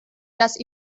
las